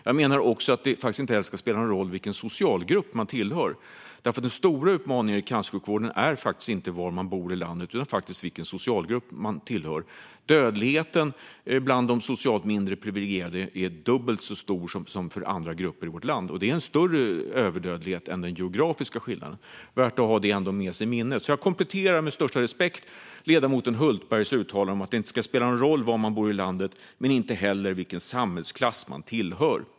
Jag menar att det inte ens ska spela någon roll vilken socialgrupp man tillhör, för den stora utmaningen i cancersjukvården är faktiskt inte var man bor i landet utan vilken socialgrupp man tillhör. Dödligheten bland de socialt mindre privilegierade är dubbelt så hög som i andra grupper i vårt land. Dödligheten är högre än den på grund av geografiska skillnader. Detta är värt att ha med sig i minnet. Jag kompletterar därför med största respekt ledamoten Hultbergs uttalande om att det inte ska spela någon roll var i landet man bor med att det inte heller ska spela någon roll vilken samhällsklass man tillhör.